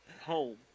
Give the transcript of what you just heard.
home